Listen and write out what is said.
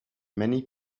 many